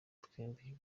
twembi